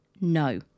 No